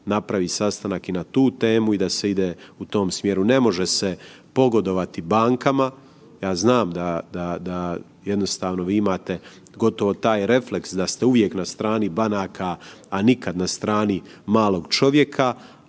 napravi sastanak i na tu temu i da se ide u tom smjeru. Ne može se pogodovati bankama, ja znam da vi imate gotovo taj refleks da ste uvijek na strani banaka, a nikad na strani malog čovjeka,